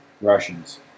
Russians